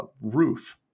Ruth